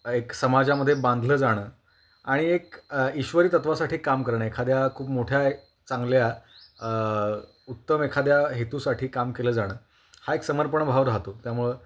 एक समाजामध्ये बांधलं जाणं आणि एक ईश्वरी तत्त्वासाठी काम करणं एखाद्या खूप मोठ्या चांगल्या उत्तम एखाद्या हेतूसाठी काम केलं जाणं हा एक समर्पणभाव राहतो त्यामुळं